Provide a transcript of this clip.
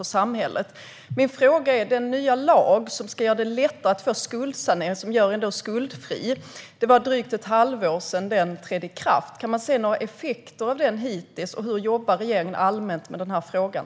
Det var drygt ett halvår sedan den nya lag som ska göra det lättare att få skuldsanering som gör en skuldfri trädde i kraft. Kan man se några effekter av lagen hittills, och hur jobbar regeringen allmänt med den här frågan?